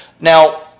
Now